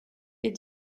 est